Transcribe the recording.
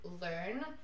learn